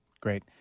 Great